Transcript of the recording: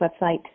website